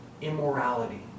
immorality